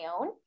own